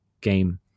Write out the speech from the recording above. game